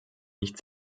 nicht